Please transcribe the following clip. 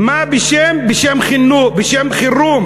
בשם מה?